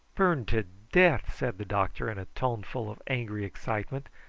burned to death! said the doctor in a tone full of angry excitement.